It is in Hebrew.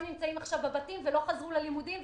נמצאים עכשיו בבתים ולא חזרו ללימודים,